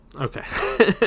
okay